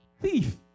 thief